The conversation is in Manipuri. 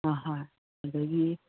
ꯑꯥ ꯍꯣꯏ ꯑꯗꯒꯤ